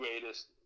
greatest